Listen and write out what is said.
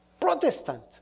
Protestant